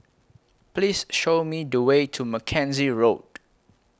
Please Show Me The Way to Mackenzie Road